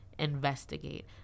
investigate